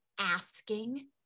asking